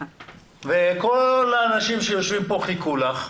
וכל האנשים שיושבים פה חיכו לך.